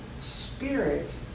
spirit